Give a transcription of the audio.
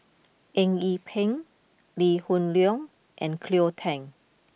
Eng Yee Peng Lee Hoon Leong and Cleo Thang